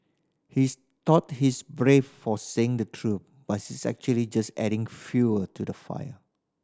he's thought he's brave for saying the truth but she's actually just adding fuel to the fire